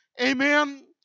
Amen